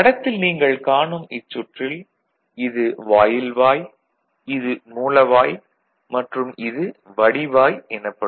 படத்தில் நீங்கள் காணும் இச்சுற்றில் இது வாயில்வாய் இது மூலவாய் மற்றும் இது வடிவாய் எனப்படும்